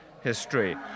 history